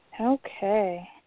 Okay